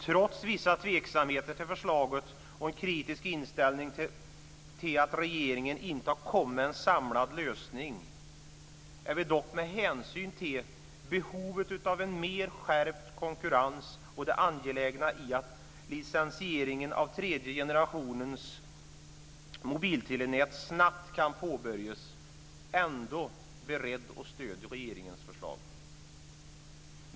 Trots vissa tveksamheter i förslaget och en kritisk inställning till att regeringen inte har kommit med en samlad lösning är vi dock, med hänsyn till behovet av en skärpt konkurrens och det angelägna i att licensieringen av tredje generationens mobiltelenät snabbt kan påbörjas, ändå beredda att stödja regeringens förslag.